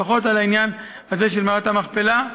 לפחות על העניין הזה, של מערת המכפלה.